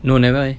no never eh